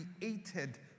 created